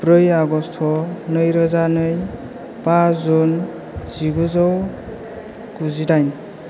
ब्रै आगस्त' नै रोजा नै बा जुन जिगुजौ गुजि दाइन